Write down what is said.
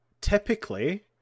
typically